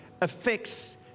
affects